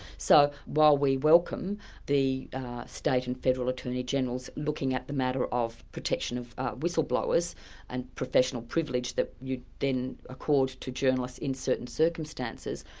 so while we welcome the state and federal attorneys-general looking at the matter of protection of whistleblowers and professional privilege that you'd then accord to journalists in certain circumstances,